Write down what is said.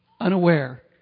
unaware